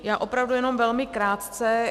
Já opravdu jenom velmi krátce.